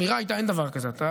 והאמירה הייתה: אין דבר כזה,